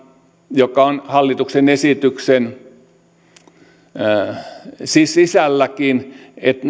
joka on hallituksen esityksen sisälläkin että